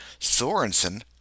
Sorensen